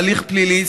הליך פלילי,